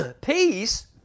peace